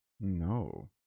No